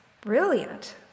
brilliant